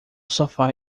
sofá